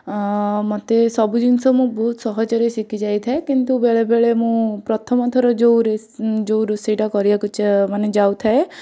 ମୋତେ ସବୁ ଜିନିଷ ମୁଁ ବହୁତ ସହଜରେ ଶିଖିଯାଇଥାଏ କିନ୍ତୁ ବେଳେବେଳେ ମୁଁ ପ୍ରଥମ ଥର ଯେଉଁ ଯେଉଁ ରୋଷେଇଟା କରିବାକୁ ମାନେ ଯାଉଥାଏ